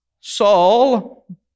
Saul